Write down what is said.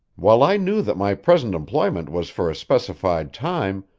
while i knew that my present employment was for a specified time,